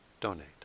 donate